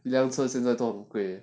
要做现在做对